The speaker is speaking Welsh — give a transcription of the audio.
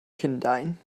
llundain